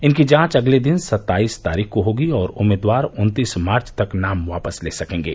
इनकी जांच अगले दिन सत्ताईस तारीख को होगी और उम्मीदवार उन्तीस मार्व तक नाम वापस ले सकेंगे